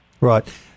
Right